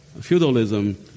feudalism